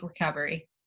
recovery